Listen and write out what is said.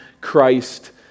Christ